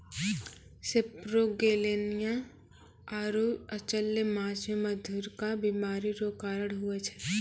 सेपरोगेलनिया आरु अचल्य माछ मे मधुरिका बीमारी रो कारण हुवै छै